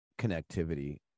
connectivity